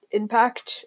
impact